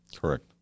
Correct